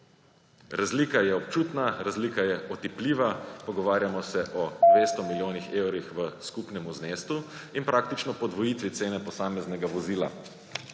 Razlika je občutna. Razlika je otipljiva. Pogovarjamo se o 200 milijonih evrih v skupnem znesku in praktično podvojitvi cene posameznega vozila,